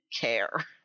care